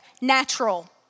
natural